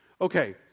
Okay